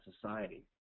society